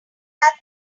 had